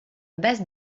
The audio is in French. basse